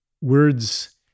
Words